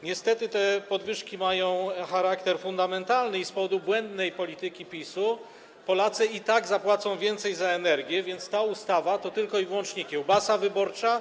Niestety te podwyżki mają charakter fundamentalny i z powodu błędnej polityki PiS-u Polacy i tak zapłacą więcej za energię, więc ta ustawa to jest tylko i wyłącznie kiełbasa wyborcza.